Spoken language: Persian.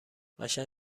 قشنگ